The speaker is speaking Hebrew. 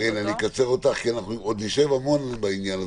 קארין, אני אקצר אותך כי נשב המון על העניין.